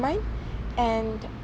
mind and